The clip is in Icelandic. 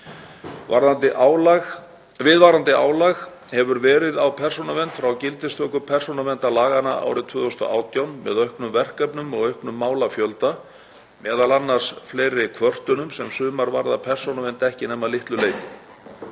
Viðvarandi álag hefur verið á Persónuvernd frá gildistöku persónuverndarlaganna árið 2018 með auknum verkefnum og auknum málafjölda, m.a. fleiri kvörtunum sem sumar varðar Persónuvernd ekki nema að litlu leyti.